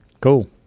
Cool